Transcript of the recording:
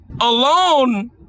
alone